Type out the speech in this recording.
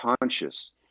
conscious